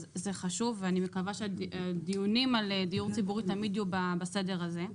אז זה חשוב ואני מקווה שהדיונים על דיור ציבורי תמיד יהיו בסדר הזה.